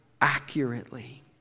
accurately